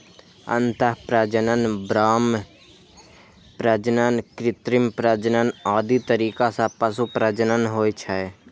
अंतः प्रजनन, बाह्य प्रजनन, कृत्रिम प्रजनन आदि तरीका सं पशु प्रजनन होइ छै